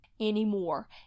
anymore